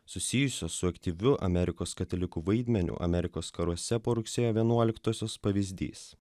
susijusio su aktyviu amerikos katalikų vaidmeniu amerikos karuose po rugsėjo vienuoliktosios pavyzdys